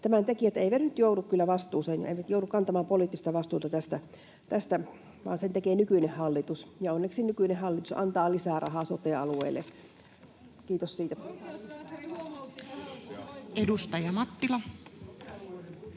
vastuuseen, eivät joudu kantamaan poliittista vastuuta tästä, vaan sen tekee nykyinen hallitus, ja onneksi nykyinen hallitus antaa lisää rahaa sote-alueille. Kiitos siitä. [Speech 11]